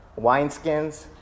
wineskins